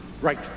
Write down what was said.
Right